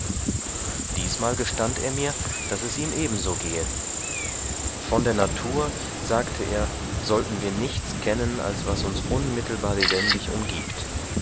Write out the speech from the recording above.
diesmal gestand er mir daß es ihm ebenso gehe von der natur sagte er sollten wir nichts kennen als was uns unmittelbar lebendig umgibt